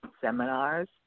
Seminars